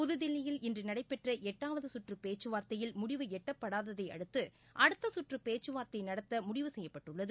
புதுதில்லியில் இன்று நடைபெற்ற எட்டாவது சுற்று பேச்சுவார்த்தையில் முடிவு எட்டப்படாததையடுத்து அடுத்த சுற்று பேச்சுவார்த்தை நடத்த முடிவு செய்யப்பட்டுள்ளது